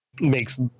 makes